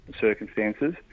circumstances